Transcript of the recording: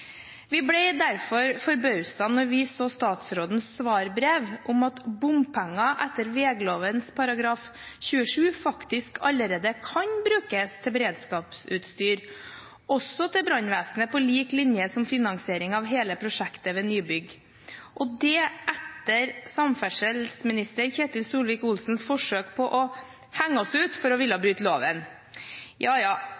Vi ble derfor forbauset da vi så statsrådens svarbrev om at bompenger etter vegloven § 27 faktisk allerede kan brukes til beredskapsutstyr – også til brannvesenet på lik linje med finansiering av hele prosjektet ved nybygg. Dette brevet kom altså etter samferdselsminister Ketil Solvik-Olsens forsøk på å henge oss ut for å ville bryte loven. Ja,